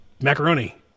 Macaroni